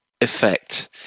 effect